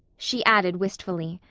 she added wistfully.